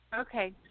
Okay